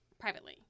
privately